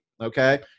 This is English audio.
Okay